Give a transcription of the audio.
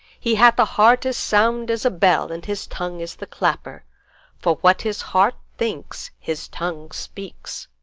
he hath a heart as sound as a bell, and his tongue is the clapper for what his heart thinks his tongue speaks.